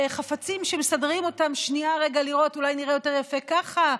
חפצים שמסדרים אותם שנייה רגע לראות: אולי נראה יותר יפה ככה,